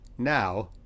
Now